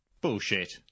Bullshit